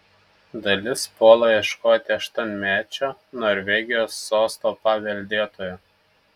dalis puola ieškoti aštuonmečio norvegijos sosto paveldėtojo